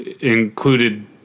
included